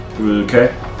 Okay